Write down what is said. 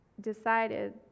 decided